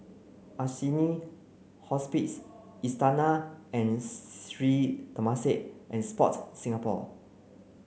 Assini Hospice Istana and Sri Temasek and Sport Singapore